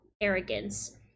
arrogance